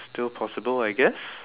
still possible I guess